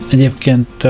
Egyébként